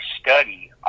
study